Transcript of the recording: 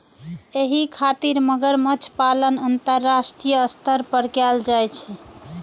एहि खातिर मगरमच्छ पालन अंतरराष्ट्रीय स्तर पर कैल जाइ छै